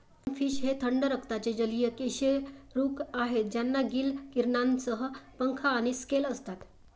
finfish हे थंड रक्ताचे जलीय कशेरुक आहेत ज्यांना गिल किरणांसह पंख आणि स्केल असतात